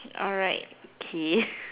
alright okay